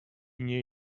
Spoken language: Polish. nie